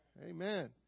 Amen